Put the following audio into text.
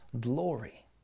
glory